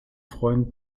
freund